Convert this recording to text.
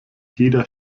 jeder